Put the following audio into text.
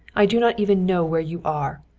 i do not even know where you are!